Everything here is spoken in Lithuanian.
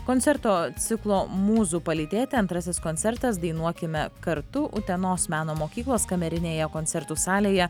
koncerto ciklo mūzų palydėti antrasis koncertas dainuokime kartu utenos meno mokyklos kamerinėje koncertų salėje